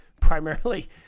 primarily